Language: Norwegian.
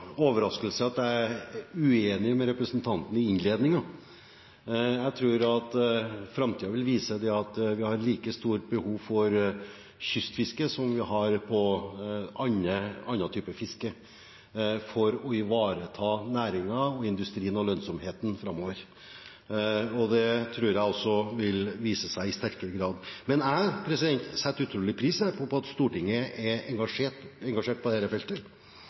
uenig med representanten i innledningen. Jeg tror at framtiden vil vise at vi har like stort behov for kystfiske som vi har for andre typer fiske, for å ivareta næringen, industrien og lønnsomheten framover. Det tror jeg også vil vise seg i sterkere grad. Men jeg setter utrolig stor pris på at Stortinget er engasjert på dette feltet.